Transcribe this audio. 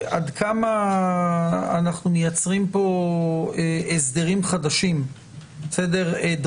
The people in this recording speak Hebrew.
עד כמה אנחנו מייצרים פה הסדרים חדשים דרמטיים,